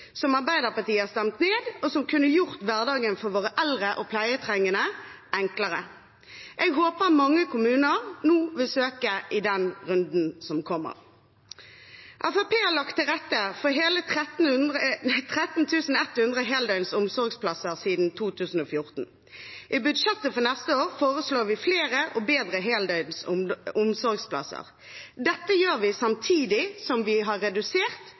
som Arbeiderpartiet har stemt ned, og som kunne gjort hverdagen for våre eldre og pleietrengende enklere. Jeg håper mange kommuner nå vil søke i den runden som kommer. Fremskrittspartiet har lagt til rette for hele 13 100 heldøgns omsorgsplasser siden 2014. I budsjettet for neste år foreslår vi flere og bedre heldøgns omsorgsplasser. Dette gjør vi samtidig som vi har redusert